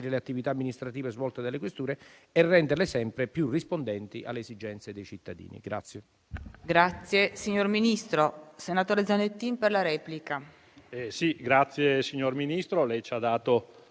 le attività amministrative svolte dalle questure e renderle sempre più rispondenti alle esigenze dei cittadini.